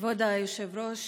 כבוד היושב-ראש,